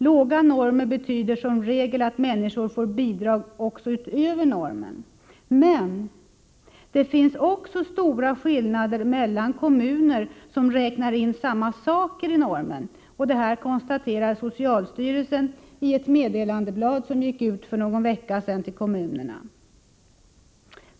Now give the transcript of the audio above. Låga normer betyder som regel att människor får bidrag också utöver normen. Men det finns också stora skillnader mellan kommuner som räknar in samma saker i normen, konstaterar socialstyrelsen i ett meddelandeblad som skickades ut till kommunerna för någon vecka sedan.